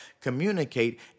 communicate